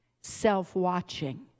self-watching